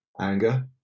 anger